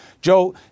Joe